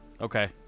Okay